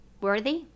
Worthy